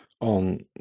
on